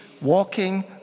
walking